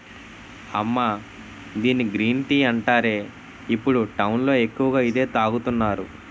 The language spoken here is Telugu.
అమ్మా దీన్ని గ్రీన్ టీ అంటారే, ఇప్పుడు టౌన్ లో ఎక్కువగా ఇదే తాగుతున్నారు